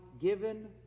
given